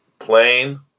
Plain